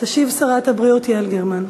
תשיב שרת הבריאות יעל גרמן.